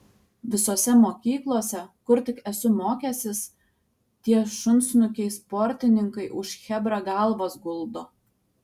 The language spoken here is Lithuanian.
visose mokyklose kur tik esu mokęsis tie šunsnukiai sportininkai už chebrą galvas guldo